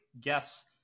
guess